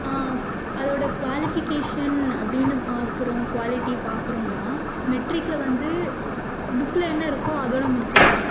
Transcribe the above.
அதோடய குவாலிஃபிகேஷன் அப்படின்னு பார்க்குறோம் குவாலிட்டி பார்க்குறோன்னா மெட்ரிக்ல வந்து புக்ல என்ன இருக்கோ அதோடய முடிச்சிடுறாங்க